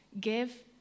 give